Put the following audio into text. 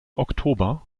oktober